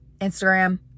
Instagram